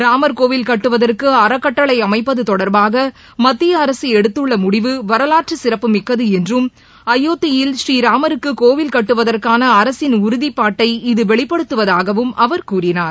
ராமர் கோவில் கட்டுவதற்கு அறக்கட்டளை அமைப்பது தொடர்பாக மத்திய அரசு எடுத்துள்ள முடிவு வரவாற்று சிறப்பு மிக்கது என்றும் அயோத்தியில் ஸ்ரீராமருக்கு கோவில் கட்டுவதற்கான அரசின் உறுதிப்பாட்டை இது வெளிப்படுத்துவதாகவும் அவர் கூறினார்